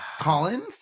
collins